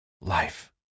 life